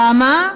למה?